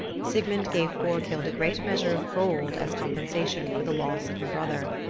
sigmund gave borghild a great measure of gold as compensation for the loss of her brother.